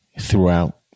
throughout